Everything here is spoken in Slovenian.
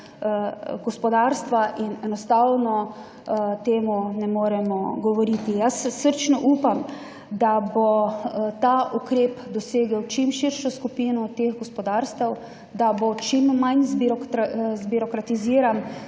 gospodarstva in enostavno o temu ne moremo govoriti. Jaz srčno upam, da bo ta ukrep dosegel čim širšo skupino teh gospodarstev, da bo čim manj zbirokratiziran,